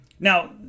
Now